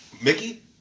Mickey